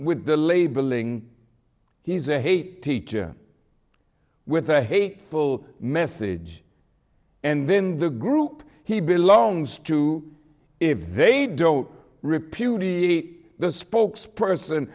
with the labeling he's a hate teacher with a hateful message and then the group he belongs to if they don't repudiate the spokesperson